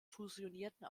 fusionierten